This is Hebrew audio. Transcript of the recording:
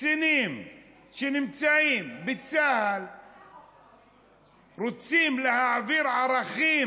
קצינים שנמצאים בצה"ל רוצים להעביר ערכים,